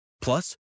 Plus